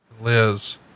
Liz